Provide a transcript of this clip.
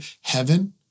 heaven